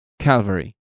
Calvary